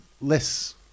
less